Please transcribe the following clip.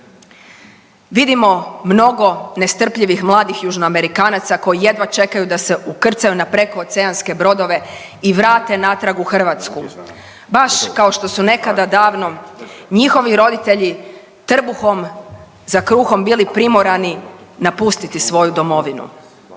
Vidimo mnogo nestrpljivih mladih Južnoamerikanaca koji jedva čekaju da se ukrcaju na prekooceanske brodove i vrate natrag u Hrvatsku, baš kao što su nekada davno njihovi roditelji trbuhom za krugom bili primorani napustiti svoju domovinu.